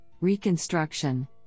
reconstruction